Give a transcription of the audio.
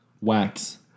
Wax